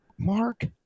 mark